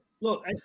look